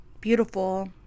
beautiful